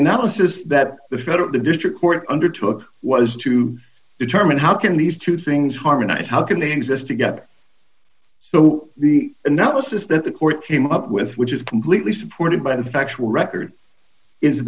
analysis that the federal district court undertook was to determine how can these two things harmonize how can they exist together so the analysis that the court came up with which is completely supported by the factual record is